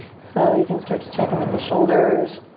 so you can start to check in with the shoulders.